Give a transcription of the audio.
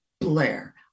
Blair